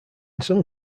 some